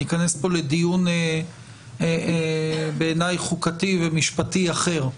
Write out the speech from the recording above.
ניכנס פה לדיון בעיניי חוקתי ומשפטי אחר.